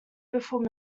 before